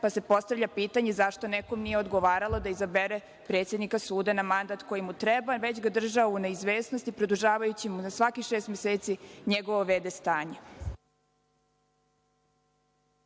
pa se postavlja pitanje zašto nekome nije odgovaralo da izabere predsednika suda na mandat koji mu treba, već ga držao u neizvesnosti produžavajući mu na svakih šest meseci njegovo v.d. stanje?